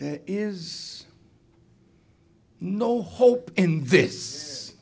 there is no hope in this